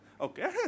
Okay